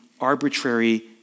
arbitrary